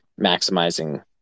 maximizing